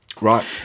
Right